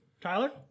Tyler